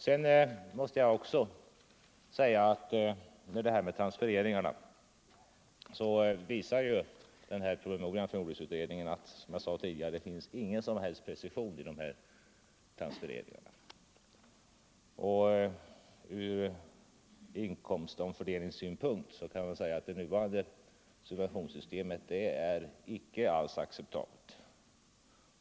Som jag sade tidigare visar promemorian från jordbruksutredningen att det inte finns någon som helst precision i transfereringarna. Ur inkomstomfördelningssynpunkt kan man säga att det nuvarande subventionssystemet icke alls är acceptabelt.